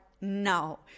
now